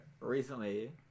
recently